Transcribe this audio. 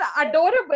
adorable